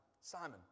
Simon